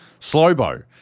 Slowbo